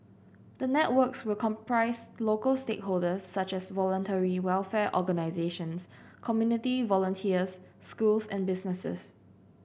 the networks will comprise local stakeholders such as Voluntary Welfare Organisations community volunteers schools and businesses